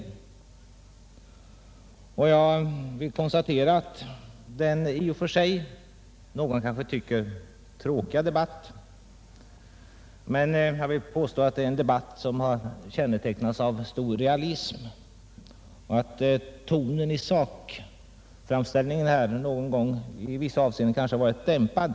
Jag vill konstatera att denna debatt, som kanske av någon kan anses tråkig, har kännetecknats av stor realism. Tonen i sakframställningen har i vissa avseenden kanske varit dämpad.